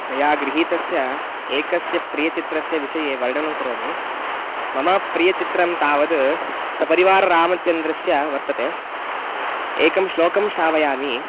मया गृहीतस्य एकस्य प्रियचित्रस्य विषये वर्णनं करोमि मम प्रियचित्रं तावद् सपरिवाररामचन्द्रस्य वर्तते एकं श्लोकं श्रावयामि